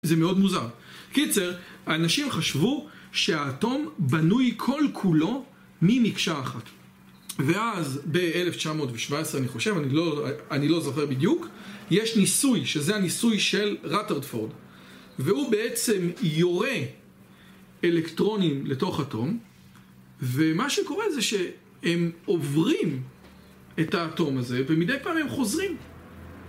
זה מאוד מוזר, קיצר, אנשים חשבו שהאטום בנוי כל כולו ממקשה אחת ואז ב-1917, אני חושב, אני לא זוכר בדיוק, יש ניסוי, שזה הניסוי של רטרדפורד והוא בעצם יורה אלקטרונים לתוך אטום ומה שקורה זה שהם עוברים את האטום הזה ומדי פעם הם חוזרים